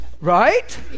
Right